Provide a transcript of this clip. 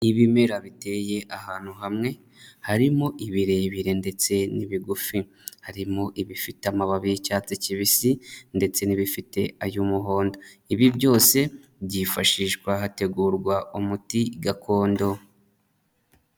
Ni ibimera biteye ahantu hamwe harimo ibirebire ndetse n'ibigufi, harimo ibifite amababi y'icyatsi kibisi ndetse n'ibifite ay'umuhondo, ibi byose byifashishwa hategurwa umuti gakondo.